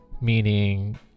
meaning